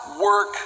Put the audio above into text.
work